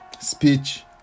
speech